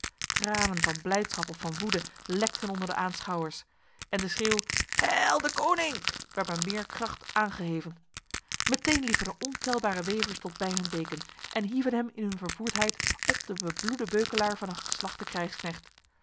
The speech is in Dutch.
tranen van blijdschap of van woede lekten onder de aanschouwers en de schreeuw heil deconinck werd met meer kracht aangeheven meteen liepen er ontelbare wevers tot bij hun deken en hieven hem in hun vervoerdheid op de bebloede beukelaar van een geslachte krijgsknecht